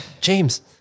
James